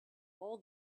all